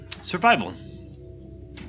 Survival